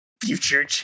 Future